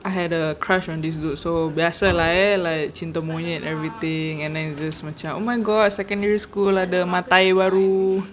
I had a crush on this girl so biasa lah eh like cinta monyet everything and then just macam oh my god secondary school ada mata air baru